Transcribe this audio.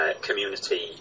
community